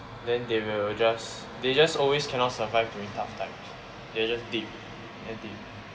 then they will just they just always cannot survive during tough times they are just dip and dip